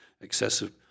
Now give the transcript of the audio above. excessive